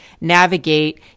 navigate